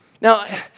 Now